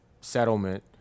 settlement